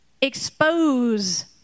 expose